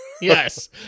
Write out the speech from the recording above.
Yes